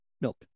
milk